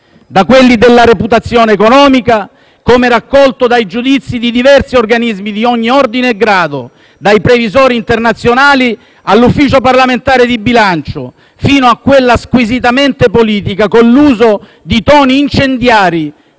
quelli della reputazione economica, come raccolto dai giudizi di diversi organismi di ogni ordine e grado, dai previsori internazionali all'Ufficio parlamentare di bilancio, fino a quella squisitamente politica con l'uso di toni incendiari